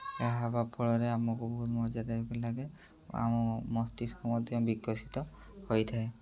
ଏହା ହେବା ଫଳରେ ଆମକୁ ବହୁତ ମଜାଦାର୍ ଲାଗେ ଆମ ମସ୍ତିଷ୍କ ମଧ୍ୟ ବିକଶିତ ହୋଇଥାଏ